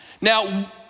Now